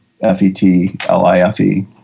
F-E-T-L-I-F-E